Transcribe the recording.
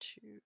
two